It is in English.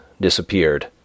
disappeared